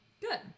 Good